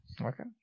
Okay